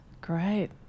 Great